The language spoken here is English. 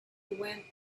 went